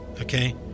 okay